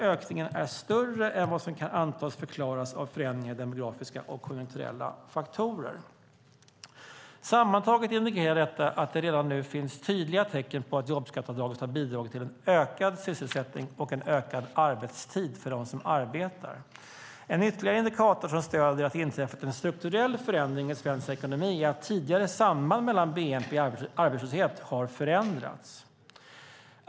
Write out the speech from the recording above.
Ökningen är större än vad som kan antas förklaras av förändringar i demografiska och konjunkturella faktorer. Sammantaget indikerar detta att det redan nu finns tydliga tecken på att jobbskatteavdraget har bidragit till ökad sysselsättning och till ökad arbetstid för dem som arbetar. En ytterligare indikator som stöder att det har inträffat en strukturell förändring i svensk ekonomi är att tidigare samband mellan bnp och arbetslöshet har förändrats.